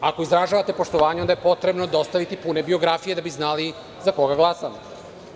Ako izražavate poštovanje, onda je potrebno dostaviti pune biografije, da bismo znali za koga glasamo.